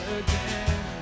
again